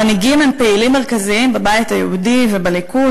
המנהיגים הם פעילים מרכזיים בבית היהודי ובליכוד.